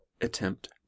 ATTEMPT